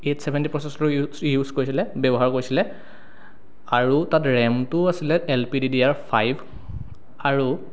eight seventy প্ৰচেচৰটো ইউ use কৰিছিলে ব্যৱহাৰ কৰিছিলে আৰু তাত ৰেমটো আছিলে L P D D R five আৰু